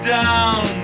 down